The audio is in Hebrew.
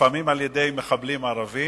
לפעמים בידי מחבלים ערבים,